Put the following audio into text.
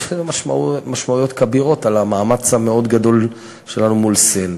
יש לזה משמעויות כבירות על המאמץ המאוד-גדול שלנו מול סין.